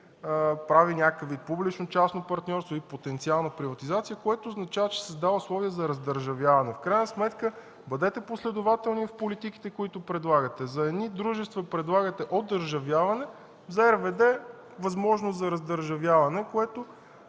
прави някакво публично-частно партньорство и потенциална приватизация, което означава, че се създава условие за раздържавявяне. В крайна сметка бъдете последователни в политиките, които предлагате. За едни дружества предлагате одържавяване, за РВД – възможност за раздържавявяне, което